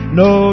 no